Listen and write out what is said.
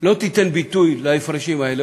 לא תיתן ביטוי להפרשים האלה,